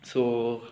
so